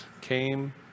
came